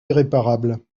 irréparable